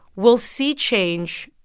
we'll see change